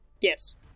Yes